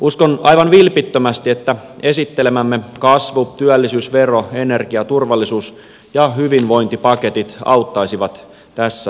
uskon aivan vilpittömästi että esittelemämme kasvu työllisyys vero energia turvallisuus ja hyvinvointipaketit auttaisivat tässä tilanteessa